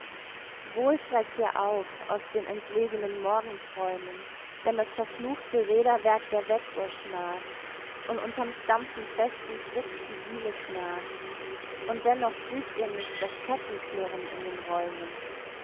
wohl schreckt ihr auf aus den entlegnen morgenträumen wenn das verfluchte räderwerk der weckuhr schnarrt und unterm stampfen festen schritts die diele knarrt und dennoch fühlt ihr nicht das kettenklirren in den räumen